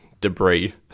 debris